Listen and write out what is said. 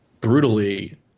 brutally